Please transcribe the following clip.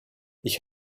ich